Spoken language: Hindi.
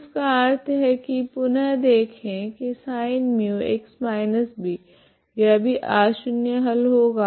तो इसका अर्थ है की पुनः देखे की sinμx−b यह भी अशून्य हल होगा